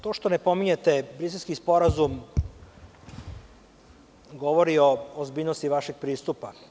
To što ne pominjete Briselski sporazum govori o ozbiljnosti vašeg pristupa.